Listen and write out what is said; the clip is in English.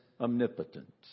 omnipotent